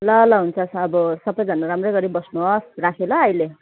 ल ल हुन्छ सब सबैजना राम्रै गरी बस्नुहोस् राखेँ ल अहिले